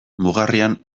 mugarrian